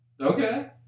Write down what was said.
Okay